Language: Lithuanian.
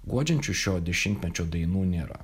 guodžiančių šio dešimtmečio dainų nėra